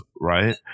right